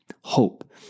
Hope